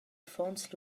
affons